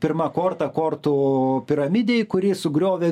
pirma korta kortų piramidėj kuri sugriovė